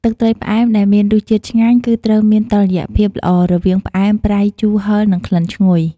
ទឹកត្រីផ្អែមដែលមានរសជាតិឆ្ងាញ់ គឺត្រូវមានតុល្យភាពល្អរវាង ផ្អែម ប្រៃ ជូរ ហិរ និងក្លិនឈ្ងុយ។